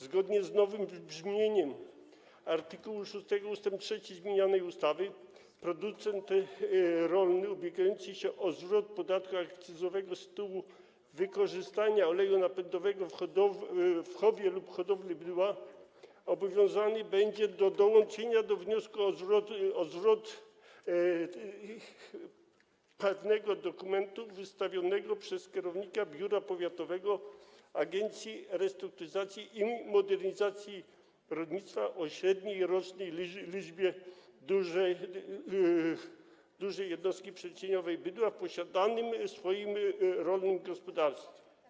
Zgodnie z nowym brzmieniem art. 6 ust. 3 zmienianej ustawy producent rolny ubiegający się o zwrot podatku akcyzowego z tytułu wykorzystania oleju napędowego w chowie lub hodowli bydła obowiązany będzie do dołączenia do wniosku o zwrot prawnego dokumentu wystawionego przez kierownika biura powiatowego Agencji Restrukturyzacji i Modernizacji Rolnictwa o średniej rocznej liczbie dużej jednostki przeliczeniowej bydła w posiadanym rolnym gospodarstwie.